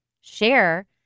share